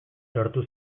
sortu